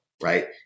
Right